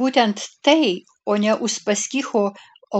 būtent tai o ne uspaskicho